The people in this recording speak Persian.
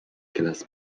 کلاس